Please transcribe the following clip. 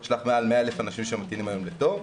יש מעל 100,000 אנשים שממתינים היום לתור,